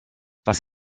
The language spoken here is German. was